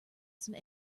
some